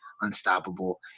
unstoppable